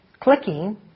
clicking